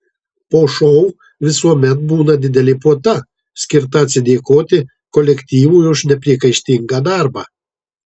po šou visuomet būna didelė puota skirta atsidėkoti kolektyvui už nepriekaištingą darbą